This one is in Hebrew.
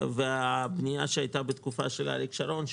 והבנייה שהייתה בתקופת אריק שרון,